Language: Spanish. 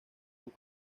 del